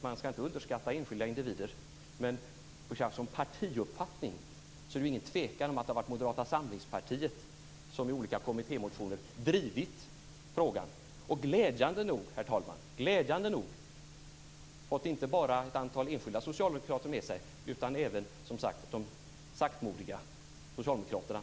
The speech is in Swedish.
Man skall inte underskatta enskilda individer, men när det gäller partier är det inget tvivel om att det är Moderata samlingspartiet som har drivit frågan i olika kommittémotioner. Glädjande nog, herr talman, har vi fått inte bara ett antal enskilda socialdemokrater med oss utan även de saktfärdiga socialdemokraterna.